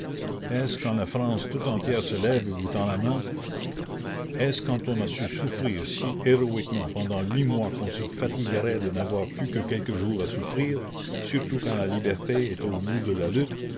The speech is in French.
est-ce quand la france tout entière se lève et vous tend la main est-ce quand on a su souffrir si héroïquement pendant huit mois qu'on se fatiguerait de n'avoir plus que quelques jours à souffrir surtout quand la liberté est au bout de la lutte